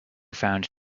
found